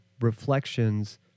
reflections